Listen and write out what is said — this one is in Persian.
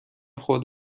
خود